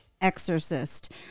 Exorcist